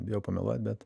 bijau pameluot bet